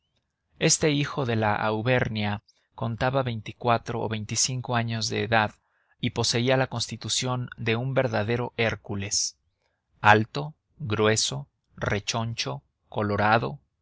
este hijo de la auvernia contaba veinticuatro o veinticinco años de edad y poseía la constitución de un verdadero hércules alto grueso rechoncho colorado